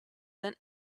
than